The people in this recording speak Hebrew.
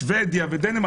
שבדיה ודנמרק,